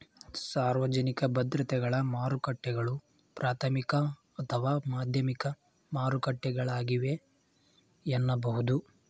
ಸಾರ್ವಜನಿಕ ಭದ್ರತೆಗಳ ಮಾರುಕಟ್ಟೆಗಳು ಪ್ರಾಥಮಿಕ ಅಥವಾ ಮಾಧ್ಯಮಿಕ ಮಾರುಕಟ್ಟೆಗಳಾಗಿವೆ ಎನ್ನಬಹುದು